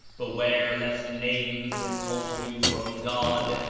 beware lest names withhold you from god,